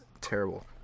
terrible